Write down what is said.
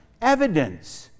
evidence